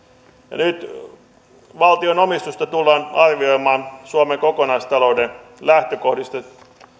ja nyt valtion omistusta tullaan arvioimaan suomen kokonaistalouden lähtökohdista